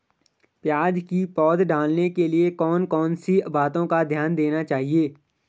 प्याज़ की पौध डालने के लिए कौन कौन सी बातों का ध्यान देना चाहिए?